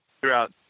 throughout